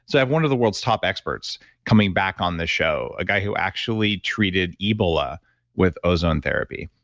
so have one of the world's top experts coming back on this show, a guy who actually treated ebola with ozone therapy.